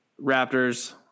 Raptors